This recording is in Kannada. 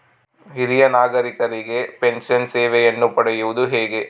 ಹಿರಿಯ ನಾಗರಿಕರಿಗೆ ಪೆನ್ಷನ್ ಸೇವೆಯನ್ನು ಪಡೆಯುವುದು ಹೇಗೆ?